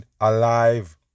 alive